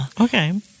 Okay